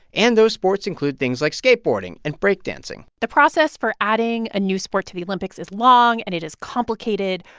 and those sports include things like skateboarding and break dancing the process for adding a new sport to the olympics is long, and it is complicated.